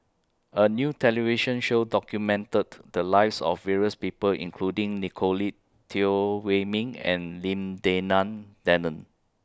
A New television Show documented The Lives of various People including Nicolette Teo Wei Min and Lim Denan Denon